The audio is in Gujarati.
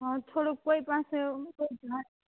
હ થોડુંક કોઈ પાસે હોય જ ને